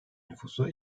nüfusu